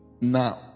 now